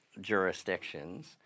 jurisdictions